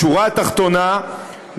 בשורה התחתונה,